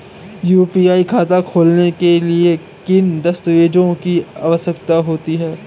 UPI खाता खोलने के लिए किन दस्तावेज़ों की आवश्यकता होती है?